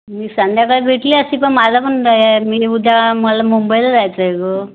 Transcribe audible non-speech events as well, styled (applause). मी संध्याकाळी भेटले असते पण मला पण (unintelligible) मी उद्या मला मुंबईला जायचं आहे ग